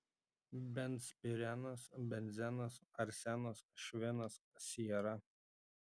benzpirenas benzenas arsenas švinas siera